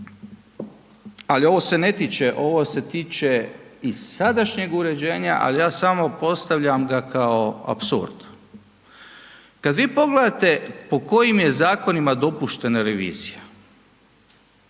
ali ovo se ne tiče, ovo se tiče i sadašnjeg uređenja ali ja samo postavljam ga kao apsurd. Kad vi pogledate po kojim je zakonima dopuštena revizija,